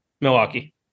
Milwaukee